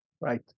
Right